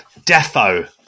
Defo